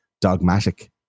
dogmatic